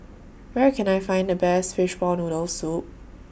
Where Can I Find The Best Fishball Noodle Soup